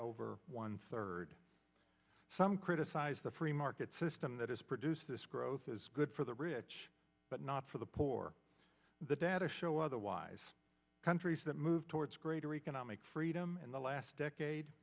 over one third some criticize the free market system that has produced this growth is good for the rich but not for the poor the data show otherwise countries that move towards greater economic freedom in the last decade